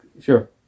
Sure